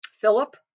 Philip